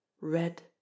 Red